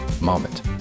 moment